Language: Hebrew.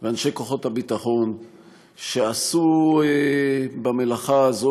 ולאנשי כוחות הביטחון שעשו במלאכה הזאת